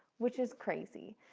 which is crazy.